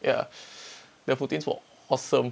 ya their poutines were awesome